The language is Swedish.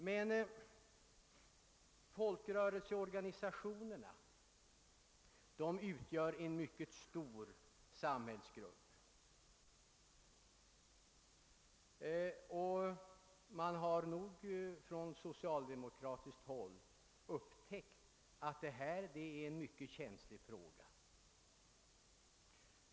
Men folkrörelseorganisationernas medlemmar utgör en mycket stor samhällsgrupp, och man har troligen på socialdemokratiskt håll upptäckt att detta är en mycket känslig fråga.